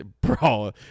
bro